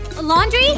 Laundry